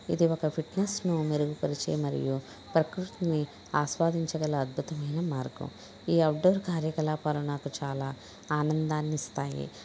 ఇది ఒక ఫిట్నెస్ను మెరుగుపరిచే మరియు ప్రకృతిని ఆస్వాదించగల అద్భుతమైన మార్గం ఈ అవుట్డోర్ కార్యకలాపాలు నాకు చాలా ఆనందాన్నిస్తాయి